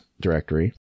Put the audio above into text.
directory